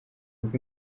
uko